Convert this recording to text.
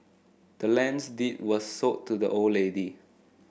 the land's deed was sold to the old lady